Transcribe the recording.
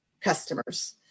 customers